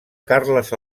carles